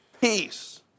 Peace